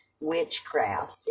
witchcraft